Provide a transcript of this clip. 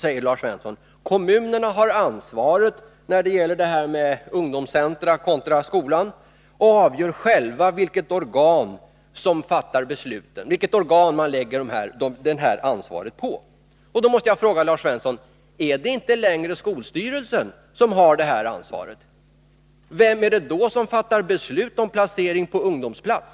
säger Lars Svensson: Kommunerna har ansvaret när det gäller ungdomscentra kontra skolan och avgör själva vilket organ de lägger ansvaret på. Då måste jag fråga Lars Svensson: Är det inte längre skolstyrelsen som har det ansvaret? Vem är det då som fattar beslut om placering på ungdomsplats?